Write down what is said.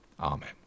Amen